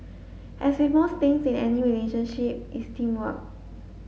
as with most things in any relationship it's teamwork